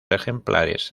ejemplares